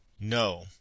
no